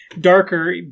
darker